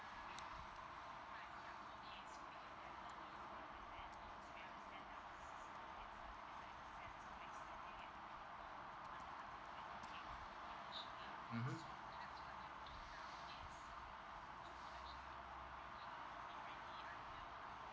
mmhmm